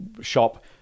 shop